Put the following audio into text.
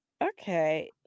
okay